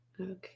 Okay